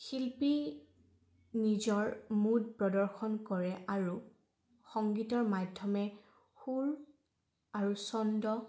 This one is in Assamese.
শিল্পী নিজৰ মুদ প্ৰদৰ্শন কৰে আৰু সংগীতৰ মাধ্যমে সুৰ আৰু চন্দ